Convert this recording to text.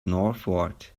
northward